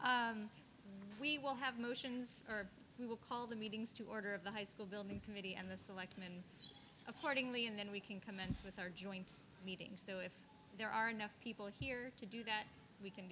official we will have motions or we will call the meetings to order of the high school building committee and the selectmen accordingly and then we can commence with our joint meeting so if there are enough people here to do that we